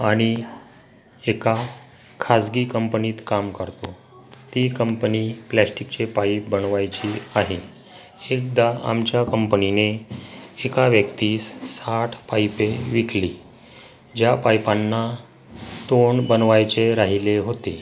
आणि एका खाजगी कंपनीत काम करतो ती कंपनी प्लॅस्टिकचे पाईप बनवायची आहे एकदा आमच्या कंपनीने एका व्यक्तीस साठ पाईपे विकली ज्या पाईपांना तोंड बनवायचे राहिले होते